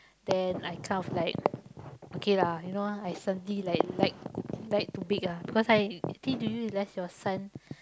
then I kind of like okay lah you know I suddenly like like like to bake ah because I your son